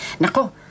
Nako